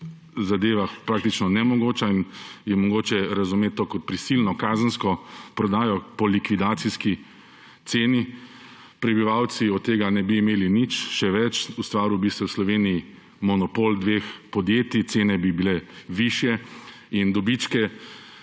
zadevah praktično nemogoča in je mogoče razumeti to kot prisilno, kazensko prodajo po likvidacijski ceni. Prebivalci od tega ne bi imeli nič, še več, ustvaril bi se v Slovenijo monopol dveh podjetij, cene bi bile višje in dobičke